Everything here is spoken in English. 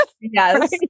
Yes